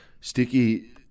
Sticky